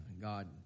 God